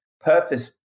purpose